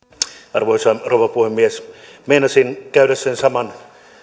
arvoisa rouva puhemies meinasin käydä sen saman